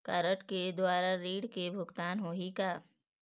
Card के द्वारा ऋण के भुगतान होही का?